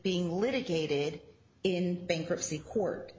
being litigated in bankruptcy court